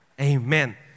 Amen